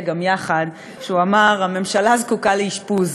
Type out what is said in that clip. גם יחד כשאמר: הממשלה זקוקה לאשפוז,